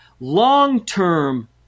long-term